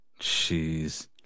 Jeez